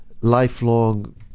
lifelong